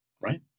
right